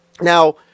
Now